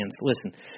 Listen